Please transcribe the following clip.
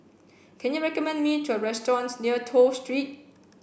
can you recommend me to a restaurants near Toh Street